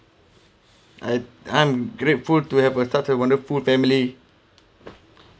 I I am grateful to have a such a wonderful family